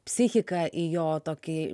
psichiką į jo tokį